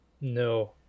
No